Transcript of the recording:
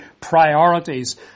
priorities